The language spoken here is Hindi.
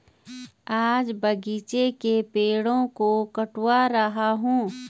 आज बगीचे के पेड़ों को कटवा रहा हूं